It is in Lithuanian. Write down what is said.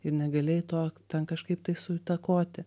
ir negalėjai to ten kažkaip tai suįtakoti